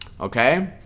Okay